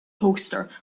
poster